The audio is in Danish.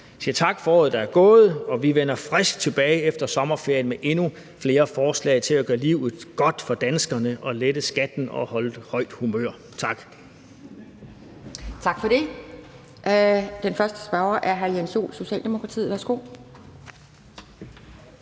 siger tak for året, der er gået. Og vi vender frisk tilbage efter sommerferien med endnu flere forslag til at gøre livet godt for danskerne og lette skatten og holde humøret højt. Tak.